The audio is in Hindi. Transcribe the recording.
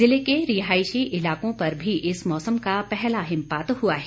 जिले के रिहायशी इलाकों पर भी इस मौसम का पहला हिमपात हुआ है